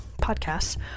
podcasts